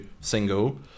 single